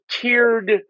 tiered